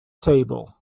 table